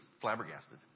flabbergasted